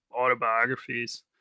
autobiographies